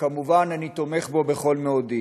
וכמובן אני תומך בו בכל מאודי.